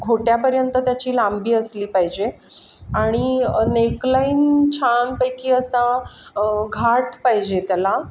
घोट्यापर्यंत त्याची लांबी असली पाहिजे आणि नेकलाईन छानपैकी असा घाट पाहिजे त्याला